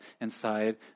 inside